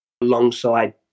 alongside